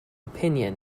opinion